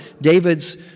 David's